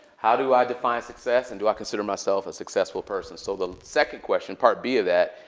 how do i define success? and do i consider myself a successful person? so the second question, part b of that,